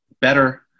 better